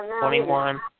twenty-one